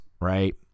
right